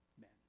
men